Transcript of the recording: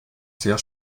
sehr